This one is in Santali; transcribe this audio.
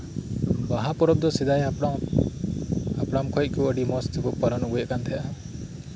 ᱵᱟᱦᱟ ᱯᱚᱨᱚᱵᱽ ᱫᱚ ᱥᱮᱫᱟᱭ ᱦᱟᱯᱲᱟᱢ ᱠᱷᱚᱱ ᱠᱚ ᱟᱹᱰᱤ ᱢᱚᱸᱡ ᱛᱮᱠᱚ ᱯᱟᱨᱚᱢ ᱟᱹᱜᱩᱭᱮᱜ ᱛᱟᱸᱦᱮᱱᱟ